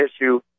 issue